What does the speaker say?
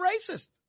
racist